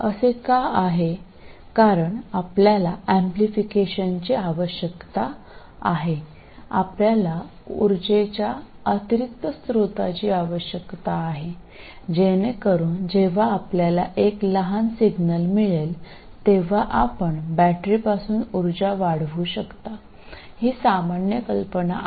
असे का आहे कारण आपल्याला एम्प्लिफिकेशनची आवश्यकता आहे आणि आपल्याला उर्जाच्या अतिरिक्त स्त्रोताची आवश्यकता आहे जेणेकरून जेव्हा आपल्याला एक लहान सिग्नल मिळेल तेव्हा आपण बॅटरीपासून उर्जा वाढवू शकता ही सामान्य कल्पना आहे